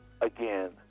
again